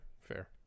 fair